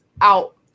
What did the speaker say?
out